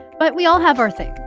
but we all have our thing.